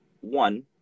one